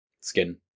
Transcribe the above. Skin